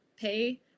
pay